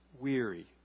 weary